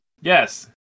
Yes